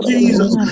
Jesus